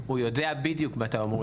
הוא יודע מתי בדיוק הוא אמור לקבל את הכסף.